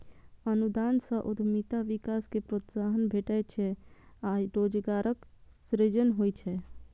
अनुदान सं उद्यमिता विकास कें प्रोत्साहन भेटै छै आ रोजगारक सृजन होइ छै